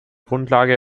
grundlage